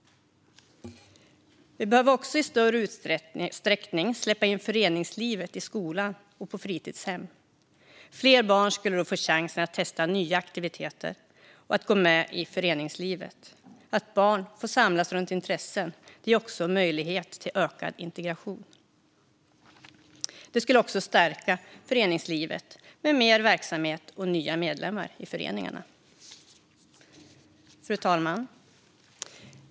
Vi behöver också i större utsträckning släppa in föreningslivet i skolan och på fritidshem. Fler barn skulle då få chansen att testa nya aktiviteter och att gå med i föreningslivet. Att barn får samlas runt intressen ger också möjlighet till ökad integration. Det skulle också stärka föreningslivet med mer verksamhet och nya medlemmar i föreningarna. Fru talman!